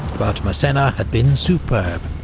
but massena had been superb.